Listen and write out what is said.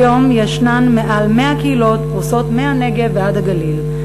כיום יש מעל 100 קהילות פרוסות מהנגב ועד הגליל.